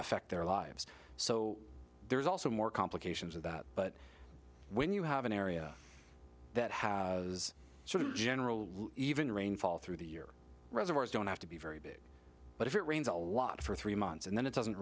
affect their lives so there's also more complications of that but when you have an area that has sort of general even rainfall through the year reservoirs don't have to be very big but if it rains a lot for three months and then it doesn't